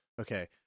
Okay